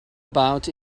about